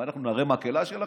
מה, אנחנו נערי מקהלה שלכם?